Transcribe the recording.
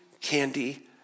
candy